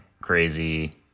crazy